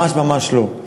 ממש, ממש לא.